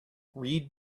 read